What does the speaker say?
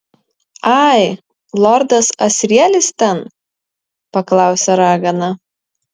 ai lordas asrielis ten paklausė ragana